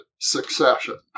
succession